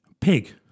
pig